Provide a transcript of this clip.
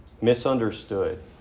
misunderstood